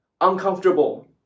uncomfortable